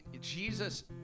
Jesus